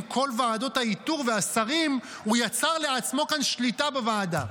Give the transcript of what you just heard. עם כל ועדות האיתור והשרים הוא יצר לעצמו כאן שליטה בוועדה.